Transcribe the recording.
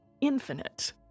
infinite